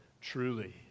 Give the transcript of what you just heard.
truly